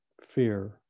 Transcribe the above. fear